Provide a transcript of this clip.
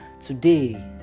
today